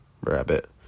Rabbit